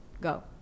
go